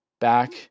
back